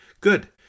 good